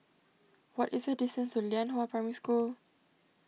what is the distance to Lianhua Primary School